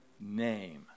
name